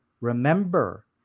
remember